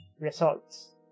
results